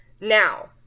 Now